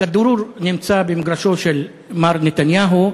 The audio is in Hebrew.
הכדור נמצא במגרשו של מר נתניהו,